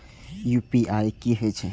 UPI की हेछे?